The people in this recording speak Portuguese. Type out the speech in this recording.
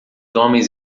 homens